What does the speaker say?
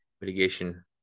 mitigation